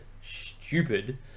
stupid